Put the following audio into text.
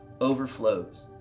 overflows